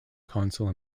console